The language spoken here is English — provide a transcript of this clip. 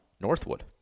Northwood